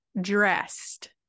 dressed